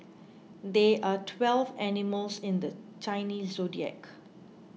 there are twelve animals in the Chinese zodiac